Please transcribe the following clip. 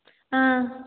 ആ